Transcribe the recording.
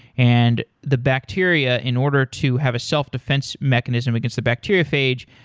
and the bacteria in order to have a self-defense mechanism against the bacteriophage,